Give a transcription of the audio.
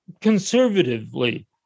conservatively